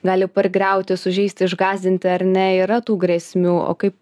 gali pargriauti sužeisti išgąsdinti ar ne yra tų grėsmių o kaip